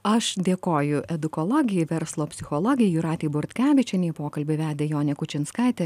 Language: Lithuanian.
aš dėkoju edukologei verslo psichologei jūratei bortkevičienei pokalbį vedė jonė kučinskaitė